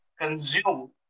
consume